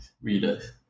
readers